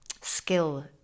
skill